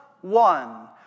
one